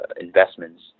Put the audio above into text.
investments